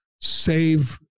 save